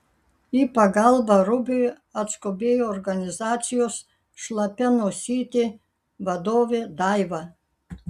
į pagalbą rubiui atskubėjo organizacijos šlapia nosytė vadovė daiva